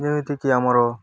ଯେମିତିକି ଆମର